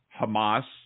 Hamas